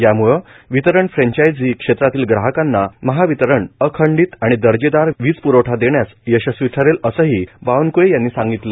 याम्ळे वितरण फ्रेंचाइझी क्षेत्रातील ग्राहाकंना महावितरण अखंडीत आणि दर्जेदार विजप्रवठा देण्यास यशस्वी ठरेल असंही बावनक्ळे यांनी सांगितलं